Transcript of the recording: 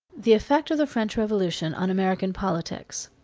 the effect of the french revolution on american politics.